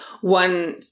one